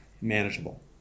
manageable